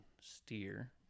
steer